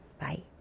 bye